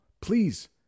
Please